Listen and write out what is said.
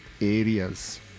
areas